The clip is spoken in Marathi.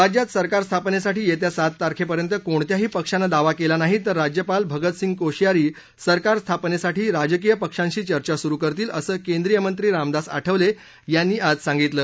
राज्यात सरकार स्थापनेसाठी येत्या सात तारखेपर्यंत कोणत्याही पक्षानं दावा केला नाही तर राज्यपाल भगतसिंग कोश्यारी सरकार स्थापनेसाठी राज्यकीय पक्षांशी चर्चा सुरु करतील असं केंद्रीय मंत्री रामदास आठवले यांनी आज सांगितलं